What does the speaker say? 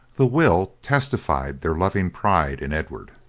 the will testified their loving pride in edward,